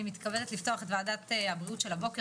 אני מתכבדת לפתוח את ועדת הבריאות של הבוקר